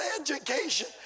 education